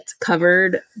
covered